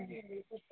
ம்